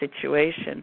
situation